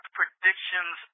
predictions